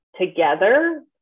together